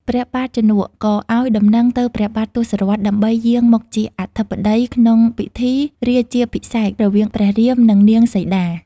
ព្រះបាទជន ក៏ឱ្យដំណឹងទៅព្រះបាទទសរថ ដើម្បីយាងមកជាអធិបតី ក្នុងពិធី រាជាភិសេករវាងព្រះរាម និងនាងសីតា។